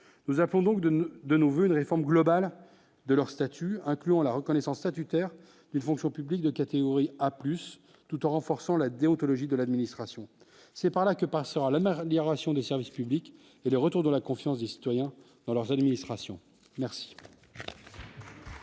nous appelons donc de de nouvelles réforme globale de leur statut, incluant la reconnaissance statutaire d'une fonction publique de catégorie A plus tout en renforçant la déontologie de l'administration, c'est par là que passera la main des rations des services publics et le retour de la confiance des citoyens dans leurs administrations merci.